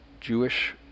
Jewish